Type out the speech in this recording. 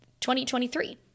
2023